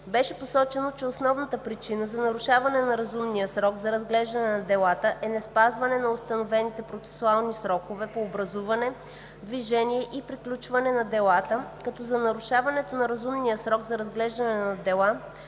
Беше посочено, че основна причина за нарушаване на разумния срок за разглеждане на делата е неспазване на установените процесуални срокове по образуване, движение и приключване на делата, като за нарушаването на разумния срок за разглеждане на делата